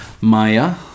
Maya